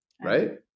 Right